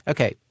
Okay